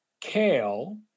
Kale